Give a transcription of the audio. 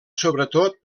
sobretot